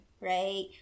right